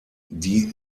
die